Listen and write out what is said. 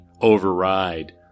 override